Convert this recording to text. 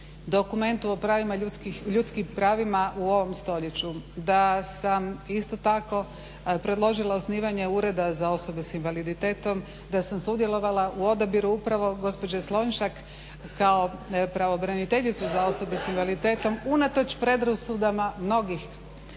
dokumentu o ljudskim pravima u ovom stoljeću. Da sam isto tako predložila osnivanje ureda za osobe s invaliditetom, da sam sudjelovala u odabiru upravo gospođe Slonjšak kao pravobraniteljice za osobe s invaliditetom unatoč predrasudama mnogih